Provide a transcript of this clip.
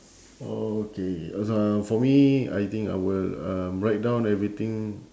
okay so for me I think I will um write down everything